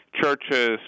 churches